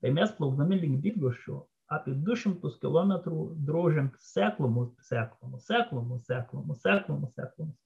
tai mes plaukdami link bydgoščių apie du šimtus kilometrų drožėm seklumos seklumos seklumos seklumos seklumos seklumos